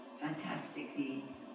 fantastically